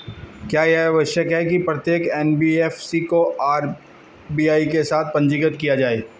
क्या यह आवश्यक है कि प्रत्येक एन.बी.एफ.सी को आर.बी.आई के साथ पंजीकृत किया जाए?